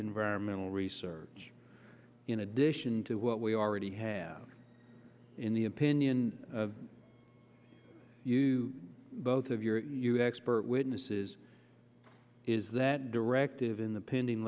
environmental research in addition to what we already have in the opinion of you both of your expert witnesses is that directive in the pending